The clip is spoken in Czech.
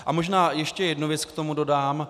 A možná ještě jednu věc k tomu dodám.